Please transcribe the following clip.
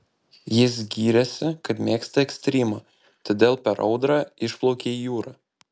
jis gyrėsi kad mėgsta ekstrymą todėl per audrą išplaukė į jūrą